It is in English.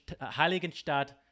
Heiligenstadt